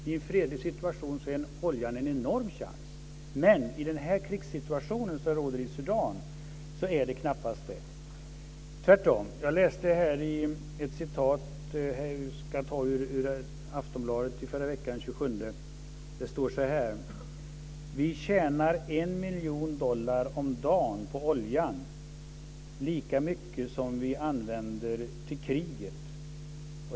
I en fredlig situation är oljan en enorm chans, men i den krigssituation som råder i Sudan är den knappast det, tvärtom. Jag läste ett citat i Aftonbladet från den 27 mars. Det stod så har: "Vi tjänar en miljon dollar om dagen på oljan. Lika mycket som vi använder till kriget."